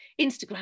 Instagram